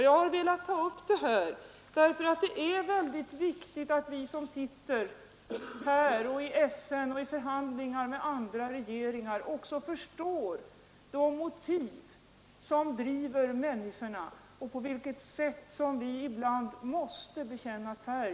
Jag har velat ta upp detta därför att det är viktigt att vi som sitter här, i FN, och i förhandlingar med andra regeringar, också förstår de motiv som driver människorna och på vilket sätt vi ibland måste bekänna färg.